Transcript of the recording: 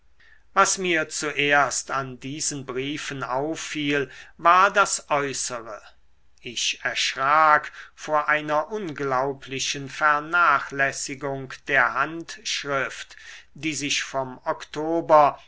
was mir zuerst an diesen briefen auffiel war das äußere ich erschrak vor einer unglaublichen vernachlässigung der handschrift die sich vom oktober